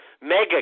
mega